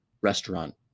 restaurant